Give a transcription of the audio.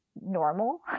normal